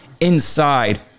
inside